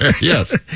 yes